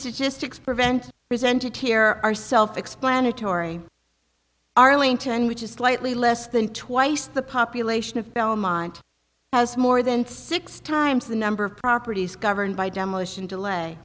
statistics prevent presented here are self explanatory arlington which is slightly less than twice the population of belmont has more than six times the number of properties governed by demolition delay